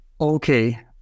Okay